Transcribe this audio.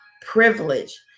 privilege